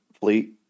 fleet